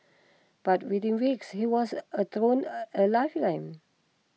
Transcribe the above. but within weeks he was a thrown a lifeline